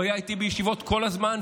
הוא היה איתי בישיבות כל הזמן,